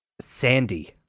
Sandy